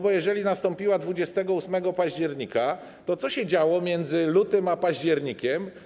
Bo jeżeli nastąpiła 28 października, to co się działo między lutym a październikiem?